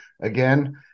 again